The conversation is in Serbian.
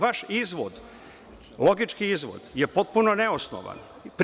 Vaš izvod, logički izvod, je potpuno neosnovan.